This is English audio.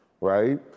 right